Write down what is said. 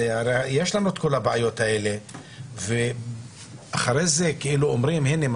יש לנו את כל הבעיות האלה ואחר כך אומרים שהנה,